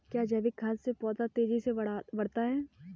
क्या जैविक खाद से पौधा तेजी से बढ़ता है?